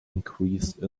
increased